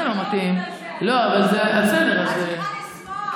את צריכה לשמוח.